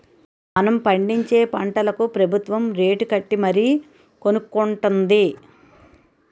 మనం పండించే పంటలకు ప్రబుత్వం రేటుకట్టి మరీ కొనుక్కొంటుంది